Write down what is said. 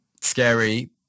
scary